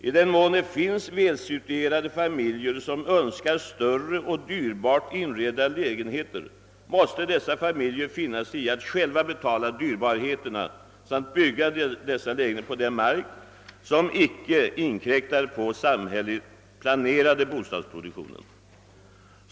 I den mån det finns välsituerade familjer som önskar större lägenheter med dyrbarare inredning måste dessa familjer finna sig i att själva betala dyrbarheterna samt bygga dessa lägenheter på mark där de icke inkräktar på den samhälleligt planerade bostadsproduktionen.